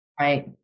Right